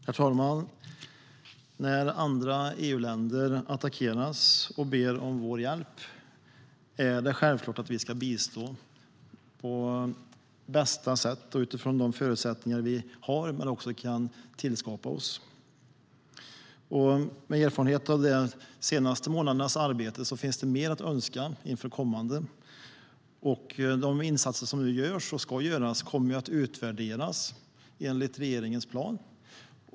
Herr talman! När andra EU-länder attackeras och ber om vår hjälp är det självklart att vi ska bistå på bästa sätt och utifrån de förutsättningar vi har men också de som vi kan tillskapa oss. Med erfarenhet av de senaste månadernas arbete finns det mer att önska inför det kommande. De insatser som nu görs och ska göras kommer att utvärderas enligt regeringens plan.